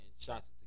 shots